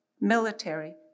military